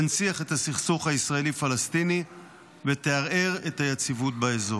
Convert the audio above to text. תנציח את הסכסוך הישראלי-פלסטיני ותערער את היציבות באזור.